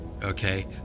okay